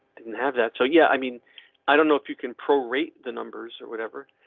didn't have that, so yeah. i mean i don't know if you can prorate the numbers or whatever.